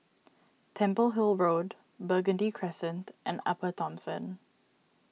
Temple Hill Road Burgundy Crescent and Upper Thomson